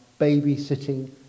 babysitting